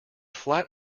flat